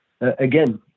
again